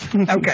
Okay